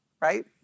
right